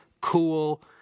cool